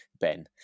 Ben